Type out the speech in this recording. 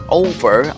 over